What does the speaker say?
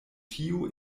tiu